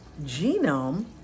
genome